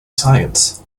science